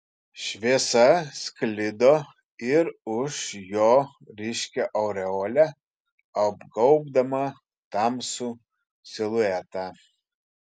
šviesa sklido ir už jo ryškia aureole apgaubdama tamsų siluetą